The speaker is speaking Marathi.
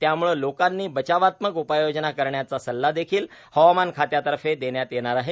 त्याम्ळे लोकांनी बचावात्मक उपाय योजना करण्याचा सल्ला देखील हवामान खात्यातर्फे देण्यात आलं आहे